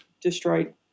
destroyed